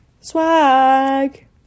Swag